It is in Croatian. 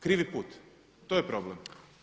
Krivi put, to je problem.